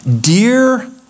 Dear